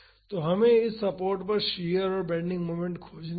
तो हमें इस सपोर्ट पर शियर और बेन्डिंग मोमेंट खोजना होगा